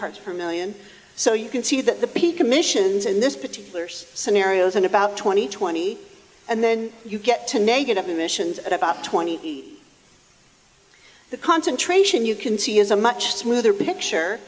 parts per million so you can see that the peak emissions in this particular scenario is in about twenty twenty and then you get to negative emissions at about twenty the concentration you can see is a much smoother picture